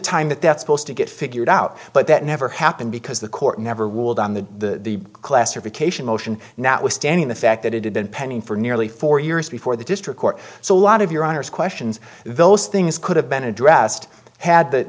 time that that's supposed to get figured out but that never happened because the court never would on the classification motion not withstanding the fact that it had been pending for nearly four years before the district court so a lot of your honor's questions those things could have been addressed had th